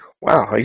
wow